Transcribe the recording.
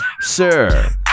Sir